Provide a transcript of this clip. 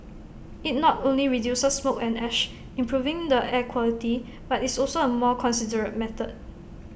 IT not only reduces smoke and ash improving the air quality but is also A more considerate method